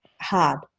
hard